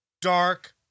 dark